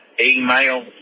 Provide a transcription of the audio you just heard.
email